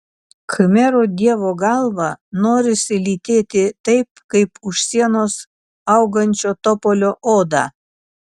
khmerų dievo galvą norisi lytėti taip kaip už sienos augančio topolio odą